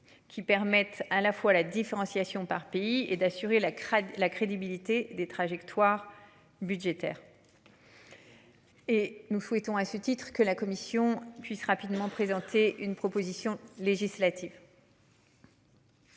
Qui permettent à la fois la différenciation par pays et d'assurer la la crédibilité des trajectoires budgétaires. Et nous souhaitons à ce titre que la Commission puisse rapidement présenter une proposition législative.